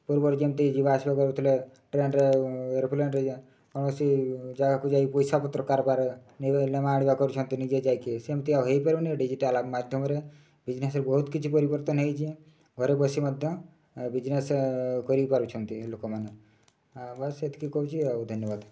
ପୂର୍ବରୁ ଯେମିତି ଯିବା ଆସିବା କରୁଥିଲେ ଟ୍ରେନ୍ରେ ଏରୋପ୍ଲେନ୍ରେ କୌଣସି ଜାଗାକୁ ଯାଇ ପଇସା ପତ୍ର କାରବାର ନେବା ଆଣିବା କରୁଛନ୍ତି ନିଜେ ଯାଇକି ସେମିତି ଆଉ ହୋଇପାରୁନି ଡିଜିଟାଲ୍ ମାଧ୍ୟମରେ ବିଜ୍ନେସ୍ରେ ବହୁତ କିଛି ପରିବର୍ତ୍ତନ ହୋଇଛି ଘରେ ବସି ମଧ୍ୟ ବିଜ୍ନେସ୍ କରିପାରୁଛନ୍ତି ଲୋକମାନେ ଆଉ ବାସ୍ ଏତିକି କହୁଛି ଆଉ ଧନ୍ୟବାଦ